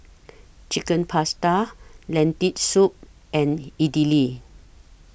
Chicken Pasta Lentil Soup and Idili